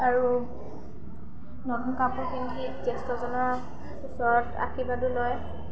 আৰু নতুন কাপোৰ পিন্ধি জ্যেষ্ঠজনৰ ওচৰত আশীৰ্বাদো লয়